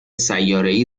سیارهای